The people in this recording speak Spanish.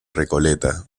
recoleta